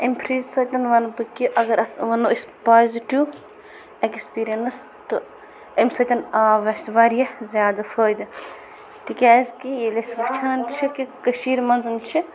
امہِ فرِج سۭتۍ وَنہٕ بہٕ کہِ اگر اَتھ وَنو أسۍ پازِٹِو ایکسپیٖرینس تہٕ امہِ سۭتۍ آو اَسہِ واریاہ زیادٕ فٲیدٕ تِکیازِ کہِ ییٚلہِ أسۍ وٕچھان چھِ کہِ کَشیٖرِ منٛز چھِ